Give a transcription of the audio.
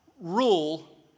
rule